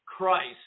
Christ